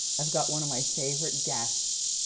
i've got one of my favorite guests.